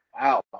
Wow